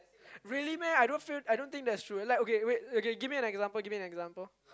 really meh I don't feel I don't think that's true like okay wait okay give me an example give me an example